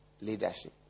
leadership